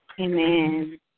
Amen